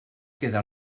queda